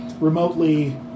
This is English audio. remotely